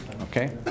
Okay